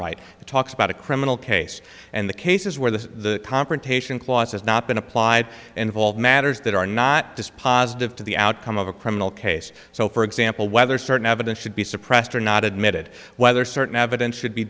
right to talk about a criminal case and the cases where the confrontation clause has not been applied involve matters that are not dispositive to the outcome of a criminal case so for example whether certain evidence should be suppressed or not admitted whether certain evidence should be